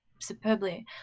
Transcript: superbly